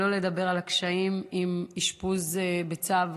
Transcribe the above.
שלא לדבר על הקשיים באשפוז בצו,